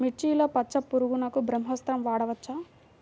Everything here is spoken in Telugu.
మిర్చిలో పచ్చ పురుగునకు బ్రహ్మాస్త్రం వాడవచ్చా?